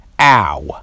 Ow